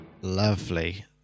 lovely